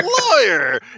lawyer